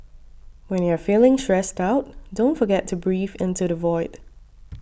when you are feeling stressed out don't forget to breathe into the void